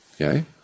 Okay